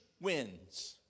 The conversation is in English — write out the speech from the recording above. wins